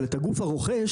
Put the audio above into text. אבל את הגוף הרוכש,